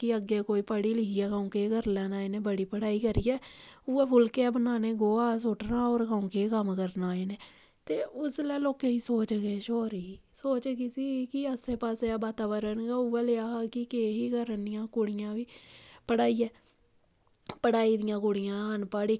कि अग्गें कोई पढ़ी लिखियै केह् करी लैना इ'नें बड़ी पढ़ाई करियै इ'यै फुलकै बनाने गोहा सुट्टना होर कं'ऊ केह् कम्म करना इ'नें ते उसलै लोकें दी सोच किश होर ही सोच ऐसी ही कि आसै पासै दा वातावरण गै उ'ऐ नेहा हा कि केह् करनियां कुड़ियां पढ़ाइयै पढ़ाई दियां कुड़ियां अनपढ़